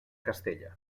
castella